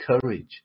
courage